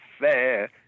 fair